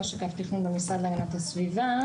ראש אגף תכנון במשרד להגנת הסביבה.